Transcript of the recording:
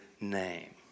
name